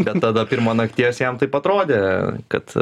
bet tada pirmą nakties jam taip atrodė kad